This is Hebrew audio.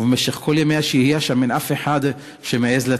ובמשך כל ימי השהייה שם אין אף אחד שמעז לצאת.